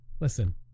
listen